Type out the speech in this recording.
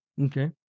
okay